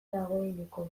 dagoeneko